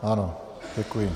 Ano, děkuji.